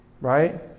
right